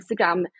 Instagram